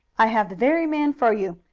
i have the very man for you.